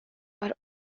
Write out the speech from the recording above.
are